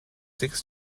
six